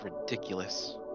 ridiculous